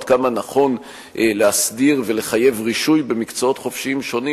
עד כמה נכון להסדיר ולחייב רישוי במקצועות חופשיים שונים